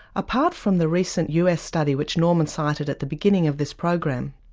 apart from the recent us study which norman cited at the beginning of this program,